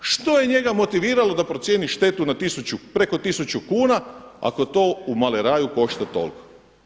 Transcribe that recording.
Što je njega motiviralo da procijeni štetu na preko tisuću kuna ako to u maleraju košta toliko?